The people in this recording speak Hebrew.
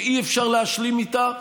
שאי-אפשר להשלים איתה,